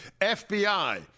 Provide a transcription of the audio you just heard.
FBI